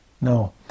No